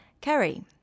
Kerry